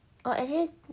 oh actually